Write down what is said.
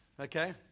okay